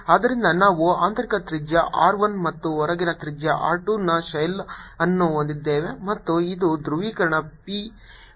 ಆದ್ದರಿಂದ ನಾವು ಆಂತರಿಕ ತ್ರಿಜ್ಯ R 1 ಮತ್ತು ಹೊರಗಿನ ತ್ರಿಜ್ಯ R 2 ನ ಶೆಲ್ ಅನ್ನು ಹೊಂದಿದ್ದೇವೆ ಮತ್ತು ಇದು ಧ್ರುವೀಕರಣ P